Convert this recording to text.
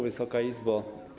Wysoka Izbo!